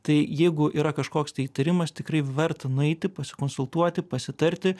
tai jeigu yra kažkoks tai įtarimas tikrai verta nueiti pasikonsultuoti pasitarti